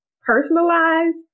personalized